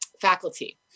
faculty